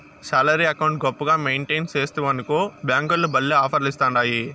salary account గొప్పగా maintain సేస్తివనుకో బ్యేంకోల్లు భల్లే ఆపర్లిస్తాండాయి